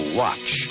watch